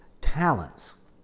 talents